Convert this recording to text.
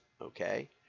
okay